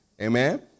Amen